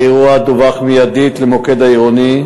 האירוע דווח מייד למוקד העירוני,